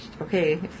okay